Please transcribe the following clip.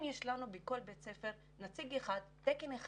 אם יהיה בכל בית ספר תקן אחד